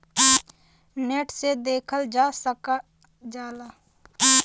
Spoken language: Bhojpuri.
नेट से देखल जा सकल जाला